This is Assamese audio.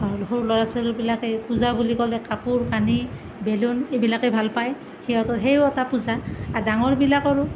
আৰু সৰু ছোৱালীবিলাকে পূজা বুলি ক'লে কাপোৰ কানি বেলুন এইবিলাকেই ভাল পায় সিহঁতৰ সেইও এটা পূজা আৰু ডাঙৰবিলাকৰো